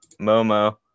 momo